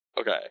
Okay